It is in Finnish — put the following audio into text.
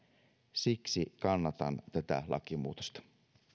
siksi kannatan tätä lakimuutosta